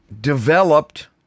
developed